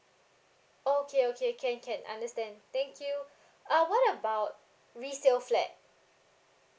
oh okay okay can can understand thank you uh what about resale flat